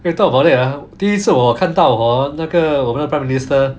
eh talk about that ah 第一次我看到 hor 那个我那个 prime minister